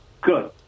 Good